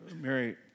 Mary